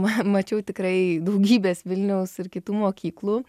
mačiau tikrai daugybės vilniaus ir kitų mokyklų